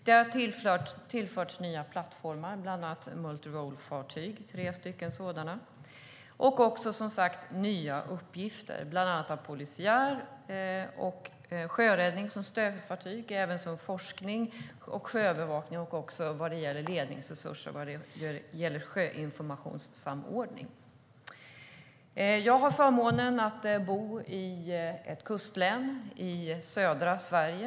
Det har tillförts nya plattformar, bland annat tre multirolefartyg och nya uppgifter, bland annat av polisiär natur liksom uppgifter som stödfartyg vid sjöräddning, forskning, sjöövervakning samt ledningsuppgifter vid sjöinformationssamordning. Jag har förmånen att bo i ett kustlän i södra Sverige.